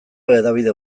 hedabide